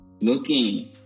looking